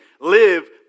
live